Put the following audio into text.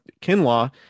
kinlaw